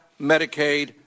Medicaid